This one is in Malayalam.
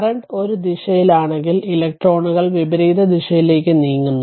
കറന്റ് ഒരു ദിശയിലാണെങ്കിൽ ഇലക്ട്രോണുകൾ വിപരീത ദിശയിലേക്ക് നീങ്ങുന്നു